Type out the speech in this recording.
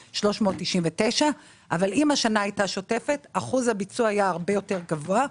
38,399,000. אבל אם השנה היתה שוטפת אחוז הביצוע היה הרבה יותר גבוה.